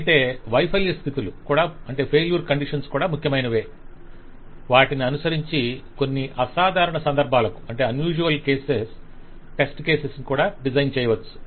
అయితే వైఫల్య స్థితులు కూడా ముఖ్యమైనవే వాటిని అనుసరించి కొన్ని అసాధారణ సందర్భాలకు టెస్ట్ కేసెస్ ను డిజైన్ చేయవచ్చు